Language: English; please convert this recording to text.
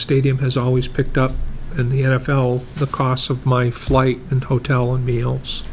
stadium has always picked up in the n f l the costs of my flight and hotel and meals